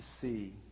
see